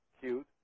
cute